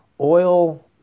oil